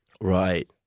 Right